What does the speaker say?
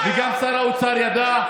וגם שר האוצר ידע,